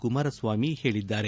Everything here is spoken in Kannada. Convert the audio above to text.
ಕುಮಾರಸ್ವಾಮಿ ಹೇಳಿದ್ದಾರೆ